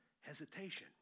hesitation